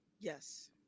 Yes